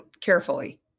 carefully